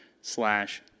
slash